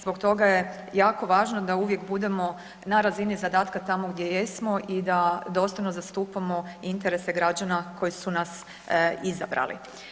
Zbog toga je jako važno da uvijek budemo na razini zadatka tamo gdje jesmo i da dostojno zastupamo interese građana koji su nas izabrali.